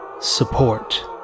support